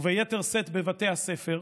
וביתר שאת בבתי הספר,